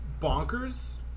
bonkers